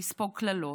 לספוג קללות.